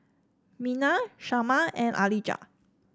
Mina Shanna and Alijah